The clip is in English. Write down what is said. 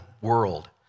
world